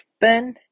Ben